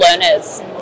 learners